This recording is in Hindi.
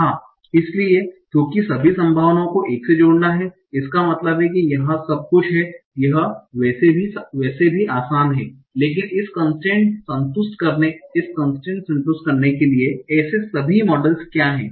हां इसलिए क्योंकि सभी संभावनाओं को एक से जोड़ना है इसका मतलब है यह सब कुछ है यह वैसे भी आसान है लेकिन इस कन्स्ट्रेन्ट संतुष्ट करने के लिए ऐसे सभी मॉडलस क्या हैं